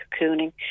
cocooning